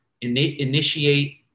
initiate